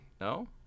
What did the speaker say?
No